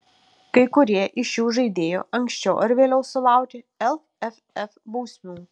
kai kurie iš šių žaidėjų anksčiau ar vėliau sulaukė lff bausmių